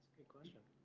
good question.